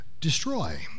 destroy